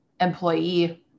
employee